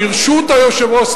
ברשות היושב-ראש.